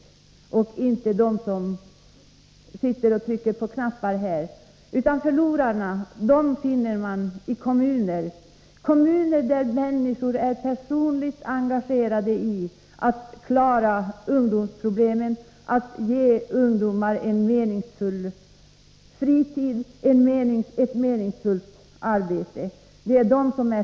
Förlorarna är inte de som sitter här och trycker på knappar, utan förlorarna finner man i kommuner där människor är personligt engagerade i att klara ungdomsproblemen, att ge ungdomar ett meningsfullt arbete och en meningsfull fritid.